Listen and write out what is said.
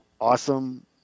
awesome